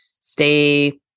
stay